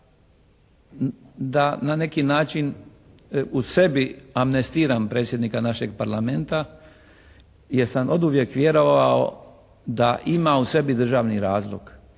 da na neki način u sebi amnestiram predsjednika našeg Parlamenta jer sam oduvijek vjerovao da ima u sebi državni razlog.